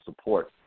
support